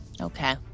Okay